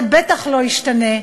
זה בטח לא ישתנה,